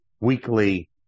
weekly